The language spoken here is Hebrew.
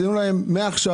תנו להם מעכשיו.